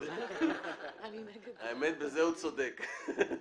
בזה הוא צודק.